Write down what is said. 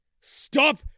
Stop